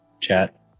chat